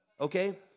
Okay